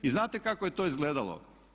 I znate kako je to izgledalo?